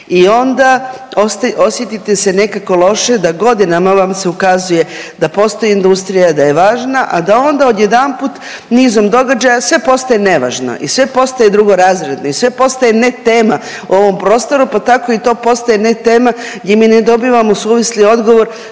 i onda osjetite se nekako loše da godinama vam se ukazuje da postoji industrija i da je važna, a da onda odjedanput nizom događaja sve postaje nevažno i sve potaje drugorazredno i sve postaje ne tema u ovom prostoru, pa tako i to postaje ne tema gdje mi ne dobivamo suvisli odgovor